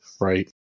Right